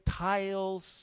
tiles